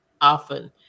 often